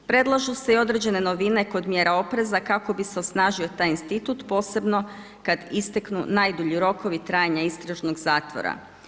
Predlažu se i određene novine kod mjera opreza kako bi se osnažio taj institut posebno kad isteknu najdulji rokovi trajanja istražnog zatvora.